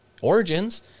origins